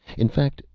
in fact,